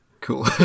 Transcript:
Cool